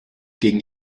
gegen